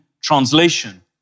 translation